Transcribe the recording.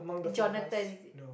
Jonathan is it